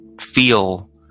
feel